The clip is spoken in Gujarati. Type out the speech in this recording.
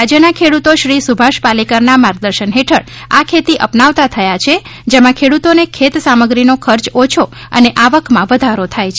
રાજ્યના ખેડૂતો શ્રી સુભાષ પાલેકરના માર્ગદર્શન હેઠળ આ ખેતી અપનાવતા થયા છે જેમાં ખેડ્રતોને ખેત સામગ્રીનો ખર્ચ ઓછો અને આવકમાં વધારો થાય છે